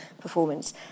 performance